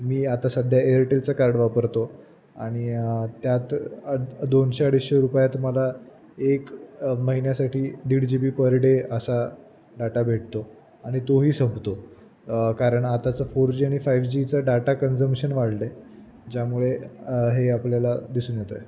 मी आता सध्या एअरटेलचं कार्ड वापरतो आणि त्यात दोनशे अडीचशे रुपयात मला एक महिन्यासाठी दीड जी बी पर डे असा डाटा भेटतो आणि तोही संपतो कारण आताचं फोर जी आणि फायव जीचं डाटा कन्झम्शन वाढलं आहे ज्यामुळे हे आपल्याला दिसून येतं आहे